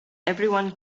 everyone